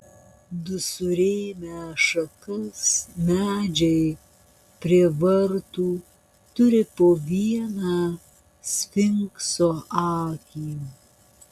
du surėmę šakas medžiai prie vartų turi po vieną sfinkso akį